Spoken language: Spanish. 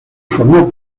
formó